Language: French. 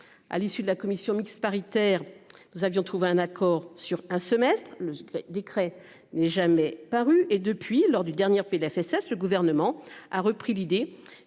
À l'issue de la commission mixte paritaire. Nous avions trouvé un accord sur un semestre, le décret n'est jamais paru et depuis lors du dernière PLFSS, le gouvernement a repris l'idée